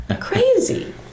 crazy